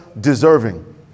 deserving